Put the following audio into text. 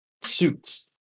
suits